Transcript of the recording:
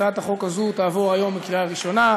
הצעת החוק הזאת תעבור היום בקריאה ראשונה,